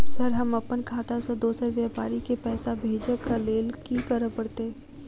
Sir हम अप्पन खाता सऽ दोसर व्यापारी केँ पैसा भेजक लेल की करऽ पड़तै?